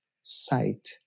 sight